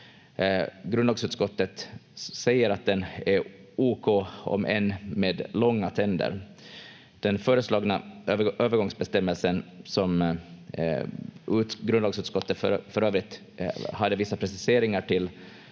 Grundlagsutskottet säger att den är ok, om än med långa tänder. Den föreslagna övergångsbestämmelsen, som grundlagsutskottet för övrigt hade vissa preciseringar till,